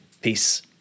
Peace